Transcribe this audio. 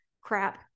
Crap